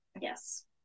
Yes